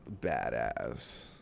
badass